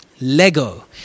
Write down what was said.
Lego